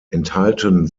enthalten